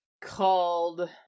called